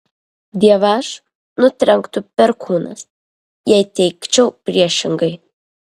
dievaž nutrenktų perkūnas jei teigčiau priešingai